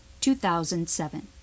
2007